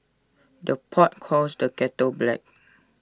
the pot calls the kettle black